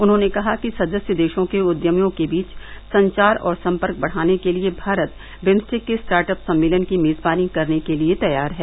उन्होंने कहा कि सदस्य देशों के उद्यमियों के बीच संचार और संपर्क बढ़ाने के लिए भारत बिम्स्टेक के स्टार्टअप सम्मेलन की मेजबानी करने के लिए तैयार है